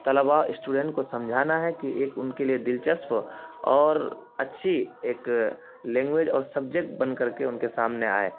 طلباء اسٹوڈینٹ کو سمجھانا ہے کہ ایک ان کے لیے دلچسپ اور اچھی ایک لینگویج اور سبجیکٹ بن کر کے ان کے سامنے آئے